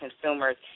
consumers